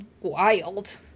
wild